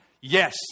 Yes